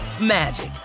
magic